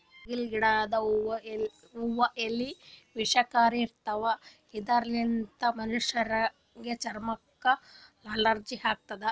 ಕಣಗಿಲ್ ಗಿಡದ್ ಹೂವಾ ಎಲಿ ವಿಷಕಾರಿ ಇರ್ತವ್ ಇದರ್ಲಿನ್ತ್ ಮನಶ್ಶರ್ ಚರಮಕ್ಕ್ ಅಲರ್ಜಿ ಆತದ್